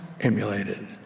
emulated